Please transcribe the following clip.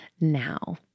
now